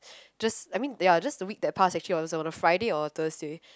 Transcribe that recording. just I mean ya just the week that pass actually I was on a Friday or a Thursday